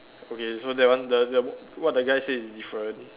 okay so that one the the what the guy says is different